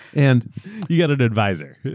and you got an advisor.